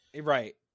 right